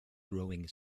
growing